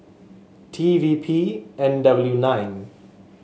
T V P N W nine